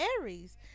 aries